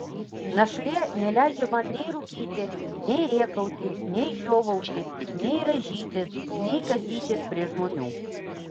našlė neleidžia man nei rūkyti nei rėkauti nei žiovauti nei rąžytis nei kasytis prie žmonių